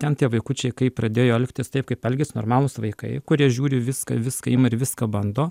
ten tie vaikučiai kaip pradėjo elgtis taip kaip elgias normalūs vaikai kurie žiūri viską viską ima ir viską bando